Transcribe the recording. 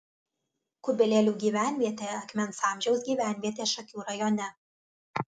kubilėlių gyvenvietė akmens amžiaus gyvenvietė šakių rajone